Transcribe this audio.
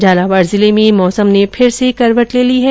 झालावाड़ जिले मे मौसम ने फिर से करवट ले ली है